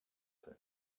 for